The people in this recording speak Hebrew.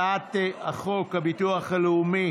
ההצעה להעביר את הצעת חוק הביטוח הלאומי